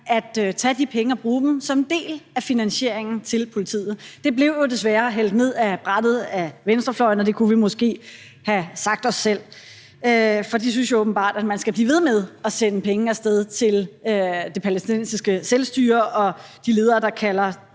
at tage de penge og bruge dem som en del af finansieringen af politiet. Det blev jo desværre hældt ned ad brættet af venstrefløjen, og det kunne vi måske have sagt os selv, for de synes åbenbart, at man skal blive ved med at sende penge af sted til det palæstinensiske selvstyre og de ledere, der kalder